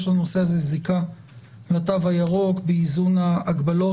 יש לנושא הזה זיקה לתו הירוק באיזון ההגבלות,